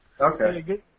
Okay